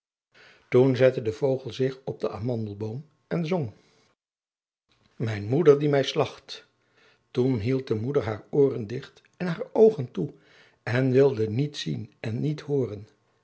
toen zette de vogel zich op den amandelboom en zong mijn moeder die mij slacht toen hield de moeder haar ooren dicht en haar oogen toe en wilde niet zien en niet hooren